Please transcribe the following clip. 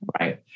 right